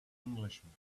englishman